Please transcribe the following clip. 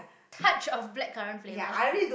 with a touch of blackcurrant flavour